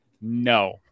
no